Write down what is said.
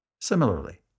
Similarly